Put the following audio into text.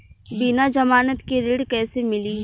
बिना जमानत के ऋण कैसे मिली?